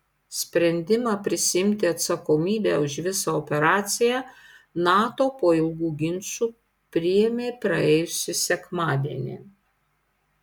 sprendimą prisiimti atsakomybę už visą operaciją nato po ilgų ginčų priėmė praėjusį sekmadienį